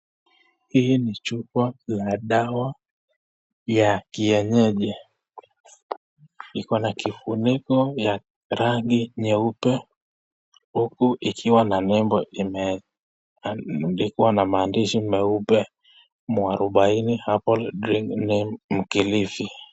Hili ni chupa la dawa ya kienyeji. Iko na kifuniko ya rangi nyeupe huku ikiwa na nembo imeandikwa na maandishi meupe muarubaini Herbal green name kilifi.